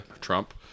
Trump